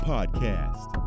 Podcast